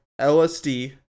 LSD